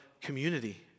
community